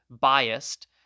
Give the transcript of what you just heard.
biased